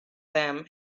them